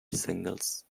singles